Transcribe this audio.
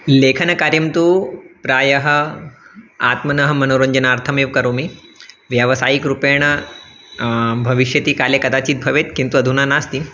लेखनकार्यं तु प्रायः आत्मनः मनोरञ्जनार्थमेव करोमि व्यावसायिकरूपेण भविष्यति काले कदाचित् भवेत् किन्तु अधुना नास्ति